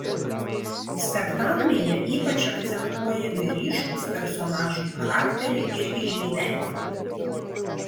spektaklyje ypač akcentuojami ryškūs personažų charakteriai ir išgyvenimai